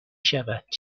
شود